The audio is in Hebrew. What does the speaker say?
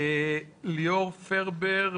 ליאור פרבר,